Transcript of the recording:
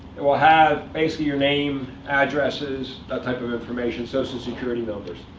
it will have, basically, your name, addresses, that type of information, social security numbers.